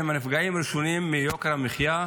הם הנפגעים הראשונים מיוקר המחיה,